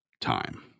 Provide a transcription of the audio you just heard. time